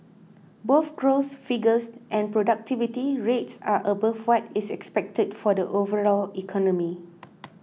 both growth figures and productivity rates are above what is expected for the overall economy